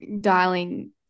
dialing